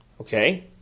Okay